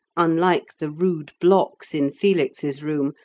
unlike the rude blocks in felix's room,